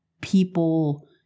people